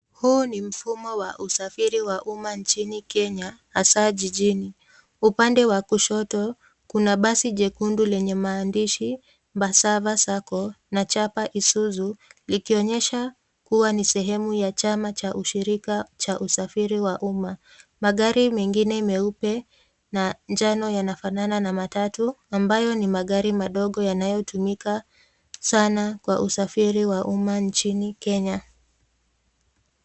Huu ni mfumo wa uasafiri wa uma nchini Kenya, hasaa jijini. Upande wa kushoto, kuna basi jekundu lenye maandishi embasava sacco na chapa isuzu, likionyesha kuwa ni sehemu ya chama cha ushirika cha usafiri wa uma. Magari mengine meupe na njano yanafanana na matatu, ambayo ni magari madogo yanayotumika sana kwa usafiri wa uma nchini Kenya.